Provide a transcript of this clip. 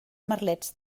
merlets